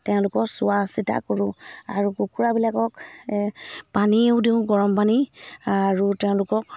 তেওঁলোকৰ চোৱা চিতা কৰোঁ আৰু কুকুৰাবিলাকক পানীয়েও দিওঁ গৰম পানী আৰু তেওঁলোকক